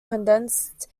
condensed